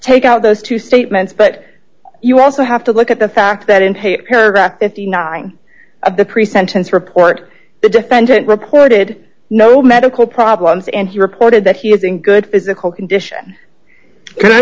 take out those two statements but you also have to look at the fact that in hate paragraph fifty nine dollars of the pre sentence report the defendant reported no medical problems and he reported that he is in good physical condition